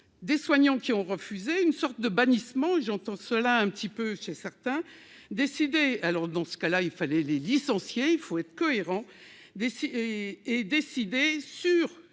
des soignants qui ont refusé une sorte de bannissement, j'entends cela un petit peu chez certains décidé alors dans ce cas-là, il fallait les licenciés, il faut être cohérent des et décidé sur